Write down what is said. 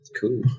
cool